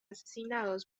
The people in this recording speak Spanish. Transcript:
asesinados